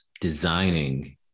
designing